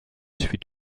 fut